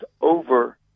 over